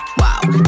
wow